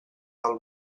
del